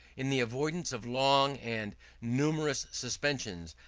in the avoidance of long and numerous suspensions,